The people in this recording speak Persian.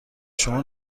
شما